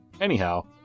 Anyhow